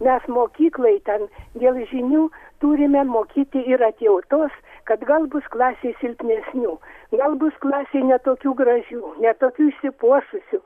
mes mokyklai ten dėl žinių turime mokyti ir atjautos kad gal bus klasėj silpnesnių gal bus klasėj ne tokių gražių ne tokių išsipuošusių